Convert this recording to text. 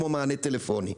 כמו מענה טלפוני.